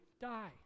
die